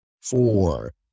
four